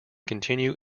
continue